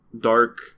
dark